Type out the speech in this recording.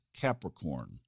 Capricorn